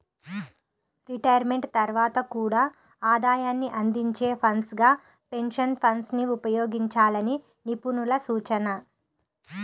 retirement తర్వాత కూడా ఆదాయాన్ని అందించే ఫండ్స్ గా పెన్షన్ ఫండ్స్ ని ఉపయోగించాలని నిపుణుల సూచన